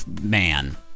man